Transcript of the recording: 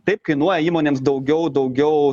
taip kainuoja įmonėms daugiau daugiau